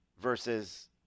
versus